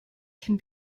can